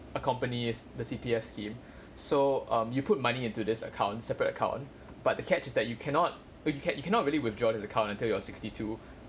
accompanies the C_P_F scheme so um you put money into this account separate account but the catch is that you cannot you can't you cannot really withdraw this account until you are sixty two